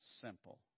simple